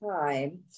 time